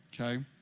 Okay